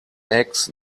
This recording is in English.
eggs